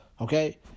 Okay